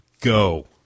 go